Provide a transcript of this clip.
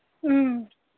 ꯎꯝ